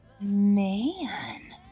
Man